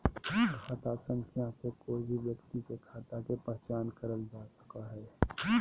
खाता संख्या से कोय भी व्यक्ति के खाता के पहचान करल जा सको हय